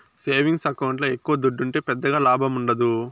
savings ఎకౌంట్ల ఎక్కవ దుడ్డుంటే పెద్దగా లాభముండదు